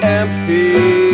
empty